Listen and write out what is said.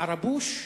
"ערבוש",